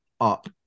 up